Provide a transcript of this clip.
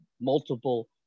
multiple